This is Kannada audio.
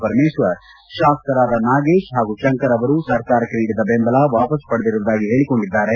ಪರಮೇಶ್ವರ್ ತಾಸಕರಾದ ನಾಗೇಶ್ ಹಾಗೂ ಶಂಕರ್ ಅವರು ಸರ್ಕಾರಕ್ಕೆ ನೀಡಿದ್ದ ಬೆಂಬಲ ವಾಪಸ್ ಪಡೆದಿರುವುದಾಗಿ ಹೇಳಕೊಂಡಿದ್ದಾರೆ